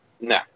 No